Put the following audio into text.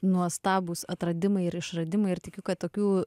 nuostabūs atradimai ir išradimai ir tikiu kad tokių